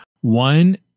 One